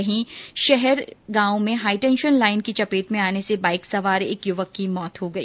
वहीं शहर गांव में हाईटेंशन लाइन की चपेट में आने से बाइक सवार एक युवक की मौत हो गई